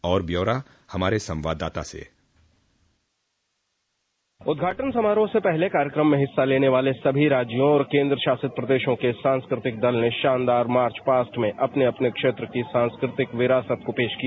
और ब्यौरा हमारे संवाददाता सेः उद्घाटन समारोह से पहले कार्यक्रम में हिस्सा लेने वाले सभी राज्यों और केन्द्र शासित प्रदेशों के सांस्कृहतिक दल ने शानदार मार्च पास्टे में अपने अपने क्षेत्र की सांस्कृतिक विरासत को भी पेश किया